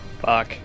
Fuck